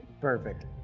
Perfect